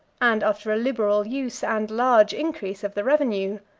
and after a liberal use and large increase of the revenue,